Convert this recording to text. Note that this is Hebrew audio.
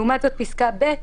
לעומת זאת, פסקה (ב),